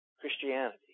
christianity